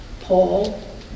Paul